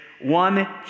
one